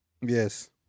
yes